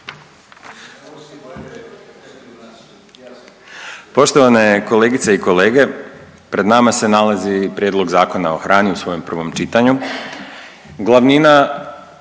Poštovane kolegice i kolege, pred nama se nalazi Prijedlog Zakona o hrani u svojem prvom čitanju.